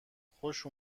خوش